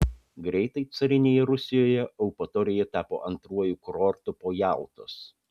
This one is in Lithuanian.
greitai carinėje rusijoje eupatorija tapo antruoju kurortu po jaltos